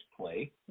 play